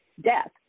death